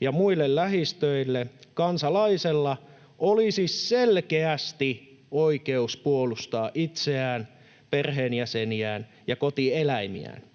ja muille lähistöille kansalaisella olisi selkeästi oikeus puolustaa itseään, perheenjäseniään ja kotieläimiään,